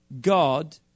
God